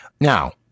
Now